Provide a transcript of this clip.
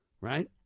Right